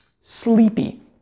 sleepy